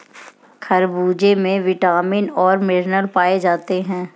खरबूजे में विटामिन और मिनरल्स पाए जाते हैं